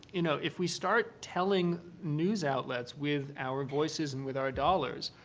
you know, if we start telling news outlets with our voices and with our dollars,